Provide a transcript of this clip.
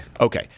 Okay